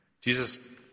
Jesus